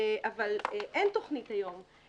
אבל אין תוכנית היום.